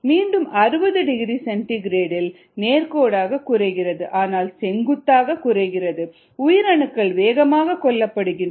மீண்டும் 60 degree centigrade இல் நேர்கோடாக குறைகிறது ஆனால் செங்குத்தாக குறைகிறது உயிரணுக்கள் வேகமாக கொல்லப்படுகின்றன